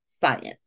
science